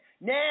Now